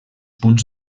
punts